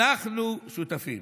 אנחנו שותפים.